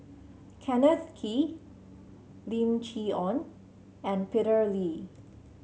Kenneth Kee Lim Chee Onn and Peter Lee